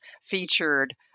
featured